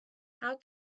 how